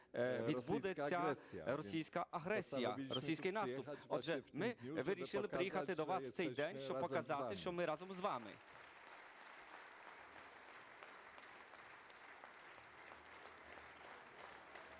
відбудеться російська агресія, російський наступ. Отже, ми вирішили приїхати до вас в цей день, щоб показати, що ми разом з вами.